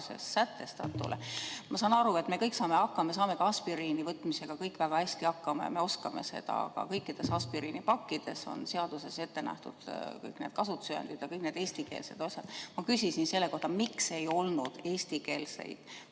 sätestatule. Ma saan aru, et me kõik saame hakkama. Me saame ka aspiriini võtmisega kõik väga hästi hakkama ja oskame seda võtta, aga kõikides aspiriinipakkides on olemas seaduses ette nähtud kasutusjuhendid, ka eesti keeles. Ma küsisin selle kohta, miks ei olnud eestikeelseid